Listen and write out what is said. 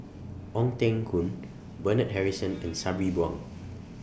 Ong Teng Koon Bernard Harrison and Sabri Buang